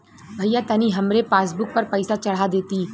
भईया तनि हमरे पासबुक पर पैसा चढ़ा देती